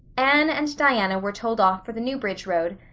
anne and diana were told off for the newbridge road,